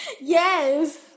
Yes